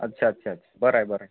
अच्छा अच्छा बरं आहे बरं आहे